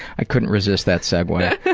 i couldn't resist that segue.